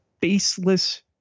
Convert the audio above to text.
faceless